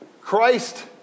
Christ